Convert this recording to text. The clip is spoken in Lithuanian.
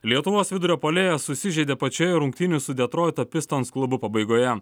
lietuvos vidurio puolėjas susižeidė pačioje rungtynių su detroito pistons klubu pabaigoje